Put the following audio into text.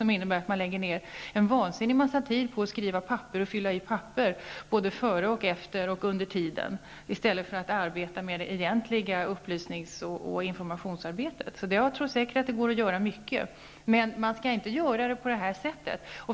Organisationerna lägger ner en vansinnig massa tid på att skriva ansökningar och fylla i papper före, efter och under tiden i stället för att syssla med det egentliga upplysnings och informationsarbetet. Det går säkert att göra mycket, men man skall inte göra det på det här sättet.